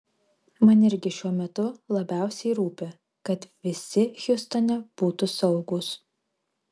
man irgi šiuo metu labiausiai rūpi kad visi hjustone būtų saugūs